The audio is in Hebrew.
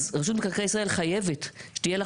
אז רשות מקרקעי ישראל חייבת שתהיה לה